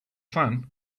fun